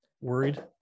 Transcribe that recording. Worried